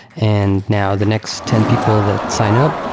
and now, the next ten people that sign up,